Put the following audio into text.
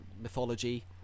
mythology